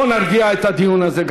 בואו נרגיע את הדיון הזה.